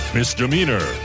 Misdemeanor